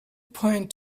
point